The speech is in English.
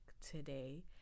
today